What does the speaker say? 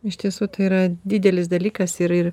iš tiesų tai yra didelis dalykas ir ir